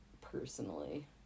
personally